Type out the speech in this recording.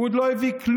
הוא עוד לא הביא כלום.